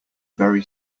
very